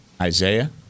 Isaiah